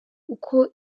uko